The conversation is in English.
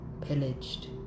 pillaged